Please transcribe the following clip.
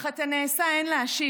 אך את הנעשה אין להשיב.